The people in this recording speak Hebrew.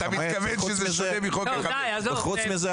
חוץ מזה,